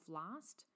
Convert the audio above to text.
last